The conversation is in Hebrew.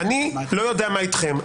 אני לא יודע מה אתכם.